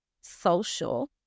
social